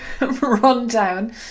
rundown